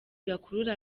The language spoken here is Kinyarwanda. bakurura